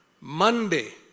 Monday